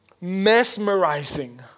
mesmerizing